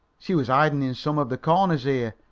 she was hiding in some of the corners here,